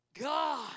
God